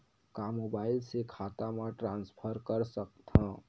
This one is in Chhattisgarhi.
का मोबाइल से खाता म ट्रान्सफर कर सकथव?